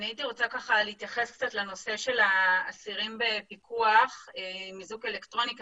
להתייחס לנושא של האסירים בפיקוח עם איזוק אלקטרוני.